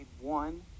one